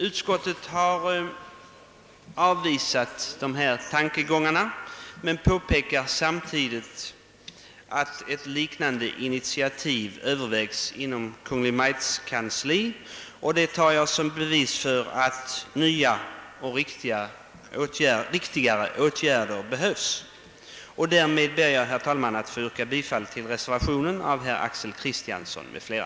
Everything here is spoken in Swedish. Utskottet avvisar de i motionen framförda tankegångarna, men påpekar samtidigt att ett liknande initiativ övervägs inom Kungl. Maj:ts kansli. Detta tar jag som bevis för att nya och riktigare åtgärder behövs. Herr talman! Jag ber att få yrka bifall till reservationen av herr Axel Kristiansson m.fl.